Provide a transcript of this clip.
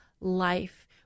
life